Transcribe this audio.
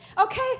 Okay